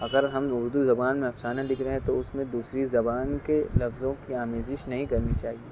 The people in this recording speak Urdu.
اگر ہم اردو زبان میں افسانہ لکھ رہے ہیں تو اس میں دوسری زبان کے لفظوں کی آمیزش نہیں کرنی چاہیے